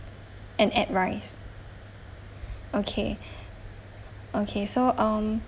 and add rice okay okay so um